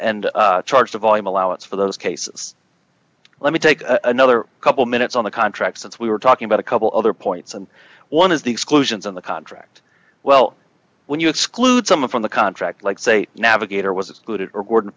and charge the volume allowance for those cases let me take another couple minutes on the contract since we were talking about a couple other points and one is the exclusions on the contract well when you exclude someone from the contract like say navigator was good